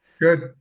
Good